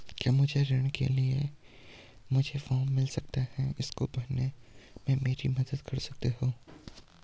क्या मुझे ऋण के लिए मुझे फार्म मिल सकता है इसको भरने में मेरी मदद कर सकते हो?